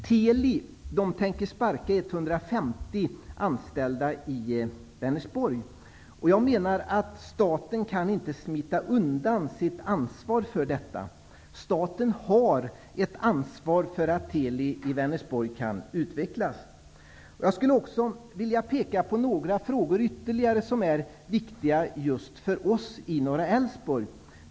Teli tänker sparka 150 anställda i Vänersborg. Jag menar att staten inte kan smita undan från sitt ansvar för detta. Staten har ett ansvar för att Teli i Vänersborg kan utvecklas. Jag skulle också vilja peka på några ytterligare frågor som är viktiga just för oss i Norra Älvsborg.